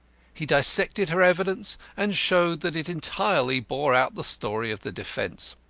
he dissected her evidence, and showed that it entirely bore out the story of the defence.